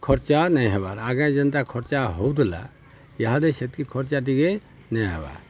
ଖର୍ଚ୍ଚା ନାଇ ହେବାର୍ ଆଗେ ଯେନ୍ତା ଖର୍ଚ୍ଚା ହଉଥିଲା ଇହାଦେ ସେତ୍କି ଖର୍ଚ୍ଚା ଟିକେ ନାଇଁ ହେବାର୍